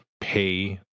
pay